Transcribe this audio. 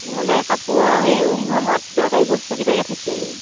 নহ'লে কাপোৰ সেই উমঘামত দৰকাৰী বস্তুকেইটাকে থাকি আহিব